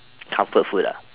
comfort food uh